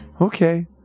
Okay